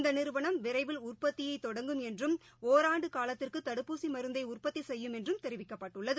இந்தநிறுவனம் விரைவில் உற்பத்தியைதொடங்கும் என்றும் ஒராண்டுகாலத்திற்குதடுப்பூசிமருந்தைஉற்பத்திசெய்யும் என்றும் தெரிவிக்கப்பட்டுள்ளது